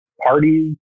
parties